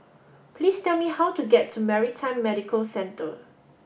please tell me how to get to Maritime Medical Centre